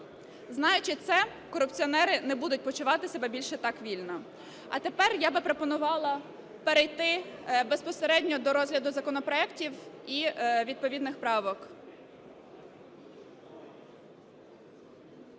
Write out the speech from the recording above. Знаючи це, корупціонери не будуть почувати себе більше так вільно. А тепер я би пропонувала перейти безпосередньо до розгляду законопроектів і відповідних правок.